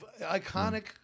iconic